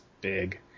big